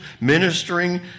ministering